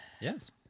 Yes